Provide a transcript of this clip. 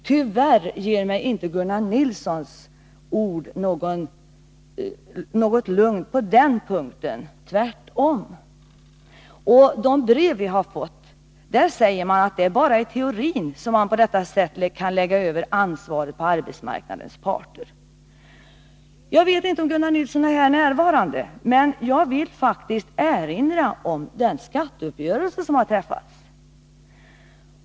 Tyvärr gav mig inte Gunnar Nilssons ord något lugn på den punkten — tvärtom. I de brev som vi har fått sägs att det bara är i teorin som man på detta sätt kan lägga över ansvaret på arbetsmarknadens parter. Jag vet inte om Gunnar Nilsson är närvarande i kammaren, men jag vill faktiskt erinra honom om den skatteuppgörelse som har träffats.